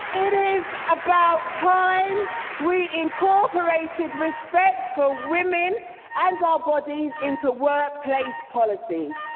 it is about time we incorporated respect for women and our bodies into workplace policies!